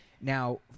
now